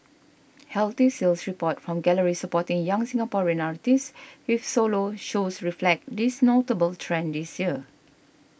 healthy sales reports from galleries supporting young Singaporean artists with solo shows reflect this notable trend this year